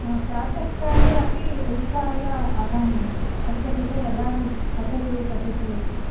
प्रातःकाले अपि उत्थाय अहं तस्य कृते वदामि पठतु पठतु इति